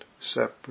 separate